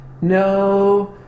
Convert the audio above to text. No